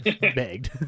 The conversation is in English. begged